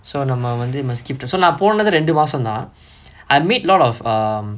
so நம்ம வந்து:namma vanthu maskif ட்ட:tta so நா போனதே ரெண்டு மாசந்தா:naa ponathae rendu maasanthaa I made a lot of um